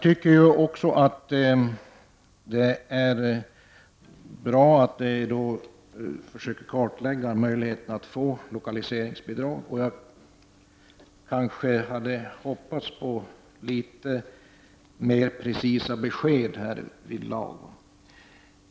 Det är också bra att möjligheterna att få lokaliseringsbidrag kartläggs, även om jag kanske hade hoppats på litet mer precisa besked härvidlag.